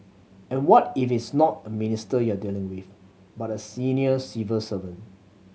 and what if it's not a minister you're dealing with but a senior civil servant